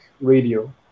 radio